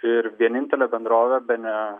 ir vienintelė bendrovė bene